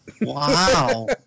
Wow